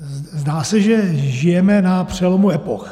Zdá se, že žijeme na přelomu epoch.